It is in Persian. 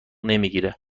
نمیگیره